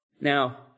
Now